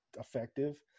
effective